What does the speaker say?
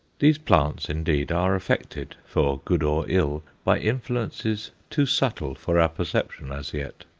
these plants, indeed, are affected, for good or ill, by influences too subtle for our perception as yet.